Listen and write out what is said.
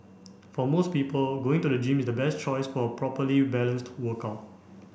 for most people going to a gym is the best choice for a properly balanced workout